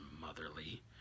motherly